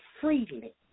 freely